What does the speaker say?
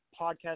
podcast